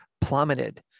plummeted